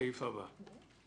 סעיף הבא.